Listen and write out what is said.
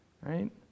right